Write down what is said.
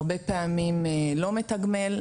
הרבה פעמים לא מתגמל,